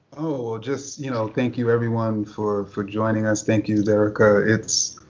oh, just, you know, thank you, everyone, for for joining us. thank you, derecka. it's,